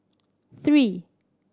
three